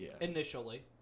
initially